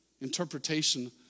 interpretation